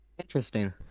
Interesting